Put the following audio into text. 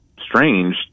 strange